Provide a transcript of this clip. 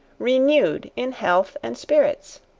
renewed in health and spirits.